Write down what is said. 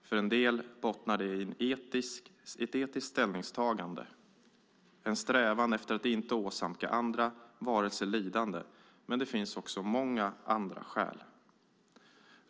För en del bottnar det i ett etiskt ställningstagande, en strävan efter att inte åsamka andra varelser lidande - men det finns också många andra skäl.